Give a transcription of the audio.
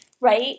right